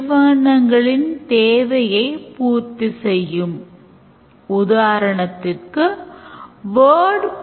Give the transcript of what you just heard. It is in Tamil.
ஆனால் use caseகளை அடையாளம் காண்பதிலும் use caseகளை சிதைப்பது தொடர்பாகவும் ஒவ்வொரு use case ஐ ஆவணப்படுத்தவும் இதற்கு கொஞ்சம் திறமை தேவைப்படுகிறது